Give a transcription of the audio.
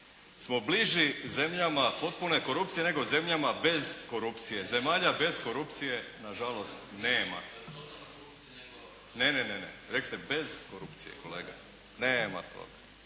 smo bliži zemljama potpune korupcije nego zemljama bez korupcije. Zemalja bez korupcije nažalost nema. … /Upadica se ne čuje./ … Ne, ne, ne rekli ste bez korupcije kolega. Nema toga